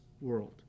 world